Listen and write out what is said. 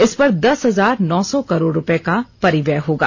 इस पर दस हजार नौ सौ करोड़ रूपए का परिव्यय होगा